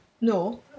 No